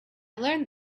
learned